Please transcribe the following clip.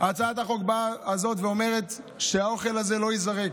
הצעת החוק הזאת באה ואומרת שהאוכל הזה לא ייזרק,